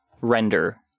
render